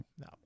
No